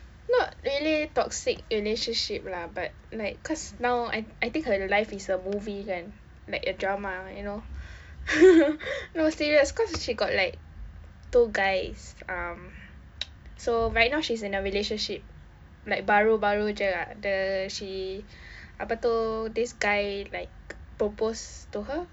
not really toxic relationship lah but like cause now I I think her life is a movie kan like a drama you know no serious cause she got two guys um so right now she's in a relationship like baru-baru jer lah the she apa itu this guy like proposed to her